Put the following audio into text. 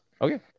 Okay